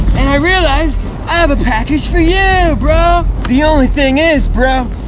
and i realized i have a package for you, bro! the only thing is, bro,